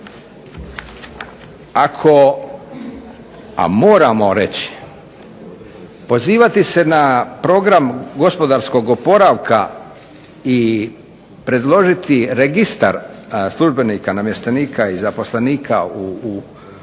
Ako, a moramo reći, pozivati se na program gospodarskog oporavka i predložiti registar službenika, namještenika i zaposlenika kao